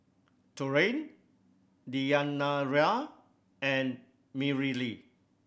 Taurean Deyanira and Mareli